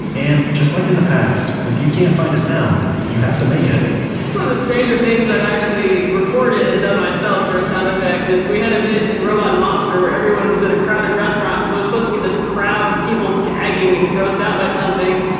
and just like in the past if you can't find a sound, you have to make it the stranger things i've actually recorded and done myself for a sound effect is we had a bit in robot and monster where everyone was in a crowded restaurant. so it was supposed to be this crowd of people gagging and grossed out by something,